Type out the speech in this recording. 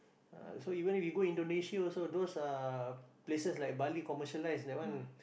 ah so even if you go Indonesia also those uh places like Bali commercialize that one